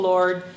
Lord